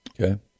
okay